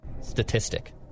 statistic